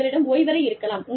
உங்களிடம் ஓய்வறை இருக்கலாம்